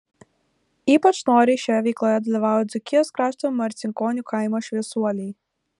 ypač noriai šioje veikloje dalyvavo dzūkijos krašto marcinkonių kaimo šviesuoliai